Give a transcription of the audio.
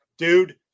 dude